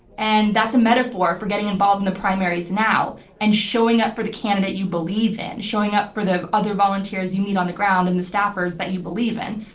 and that's a metaphor for getting involved in the primaries now and showing up for the candidate you believe in, showing up for the other volunteers you meet on the ground and the staffers that you believe in.